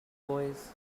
boys